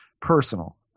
personal